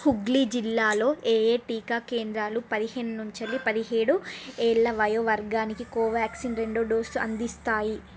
హుగ్లి జిల్లాలో ఏయే టీకా కేంద్రాలు పదిహేనున్చలి పదిహేడు ఏళ్ళ వయో వర్గానికి కోవ్యాక్సిన్ రెండో డోసు అందిస్తాయి